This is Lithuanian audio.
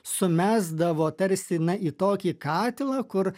sumesdavo tarsi na į tokį katilą kur